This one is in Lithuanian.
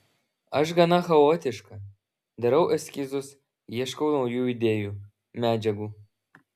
aš gana chaotiška darau eskizus ieškau naujų idėjų medžiagų